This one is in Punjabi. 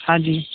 ਹਾਂਜੀ